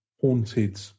haunted